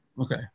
okay